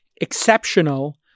exceptional